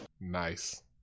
Nice